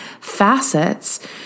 facets